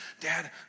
dad